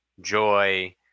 Joy